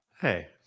Hey